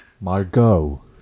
Margot